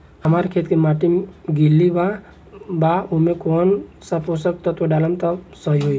हमार खेत के माटी गीली मिट्टी बा ओमे कौन सा पोशक तत्व डालम त फसल सही होई?